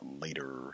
later